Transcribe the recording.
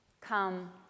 Come